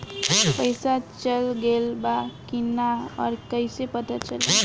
पइसा चल गेलऽ बा कि न और कइसे पता चलि?